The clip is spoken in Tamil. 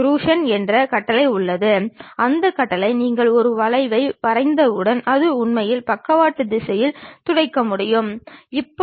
இந்த செங்குத்து மற்றும் மற்ற இரண்டு சாய்ந்த கோடுகள் சந்திக்கும் புள்ளியானது அந்த சதுர பெட்டகத்தின் கீழ் முன் முனையில் இருக்கும்